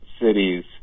cities